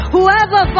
Whoever